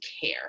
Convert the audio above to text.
care